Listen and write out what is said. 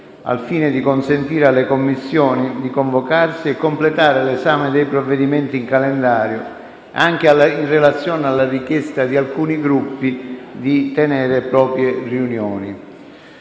al fine di consentire alle Commissioni di convocarsi e completare l'esame dei provvedimenti in calendario, anche in relazione alla richiesta di alcuni Gruppi di tenere le proprie riunioni.